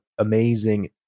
amazing